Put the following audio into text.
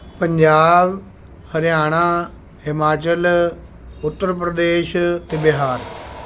ਪੰਜਾਬ ਹਰਿਆਣਾ ਹਿਮਾਚਲ ਉੱਤਰ ਪ੍ਰਦੇਸ਼ ਅਤੇ ਬਿਹਾਰ